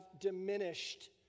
diminished